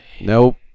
Nope